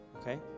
Okay